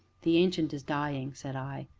the ancient is dying, said i.